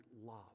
love